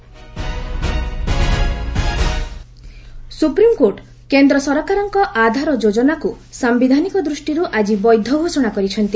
SC Aadhaar supreme court କେନ୍ଦ୍ର ସରକାରଙ୍କ ଆଧାର ଯୋଜନାକୁ ସାୟିଧାନିକ ଦୃଷ୍ଟିରୁ ଆଜି ବୈଧ ଘୋଷଣା କରିଛନ୍ତି